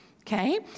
Okay